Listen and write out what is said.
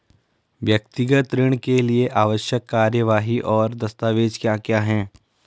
व्यक्तिगत ऋण के लिए आवश्यक कार्यवाही और दस्तावेज़ क्या क्या हैं?